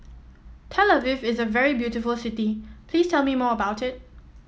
Tel Aviv is a very beautiful city please tell me more about it